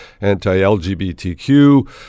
anti-LGBTQ